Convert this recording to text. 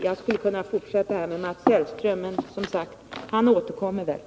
Jag skulle kunna fortsätta här med Mats Hellström, men han återkommer förmodligen.